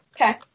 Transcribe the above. okay